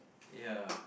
ya